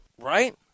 Right